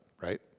right